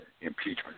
impeachment